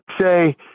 say